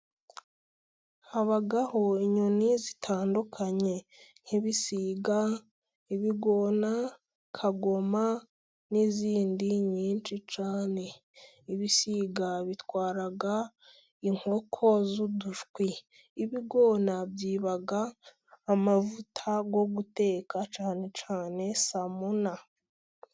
Habaho inyoni zitandukanye. Nk'ibisiga, ibigona, kagoma, n'izindi nyinshi cyane. Ibisiga bitwara inkoko z'udushwi. Ibigona byiba amavuta yo guteka cyane cyane samuna.